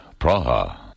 Praha